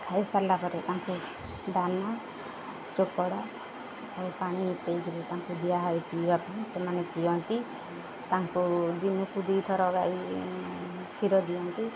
ହେଇସାରିଲା ପରେ ତାଙ୍କୁ ଦାନା ଚୋକଡ଼ ଆଉ ପାଣି ମିଶେଇକିରି ତାଙ୍କୁ ଦିଆହୁଏ ପିଇବା ପାଇଁ ସେମାନେ ପିଅନ୍ତି ତାଙ୍କୁ ଦିନକୁ ଦୁଇଥର ଗାଈ କ୍ଷୀର ଦିଅନ୍ତି